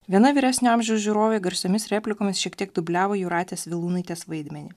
viena vyresnio amžiaus žiūrovė garsiomis replikomis šiek tiek dubliavo jūratės vilūnaitės vaidmenį